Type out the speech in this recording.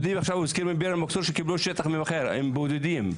עכשיו הוא הזכיר בביר אל-מכסור שקיבלו שטח מאחר הם בודדים.